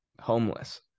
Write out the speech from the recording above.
homeless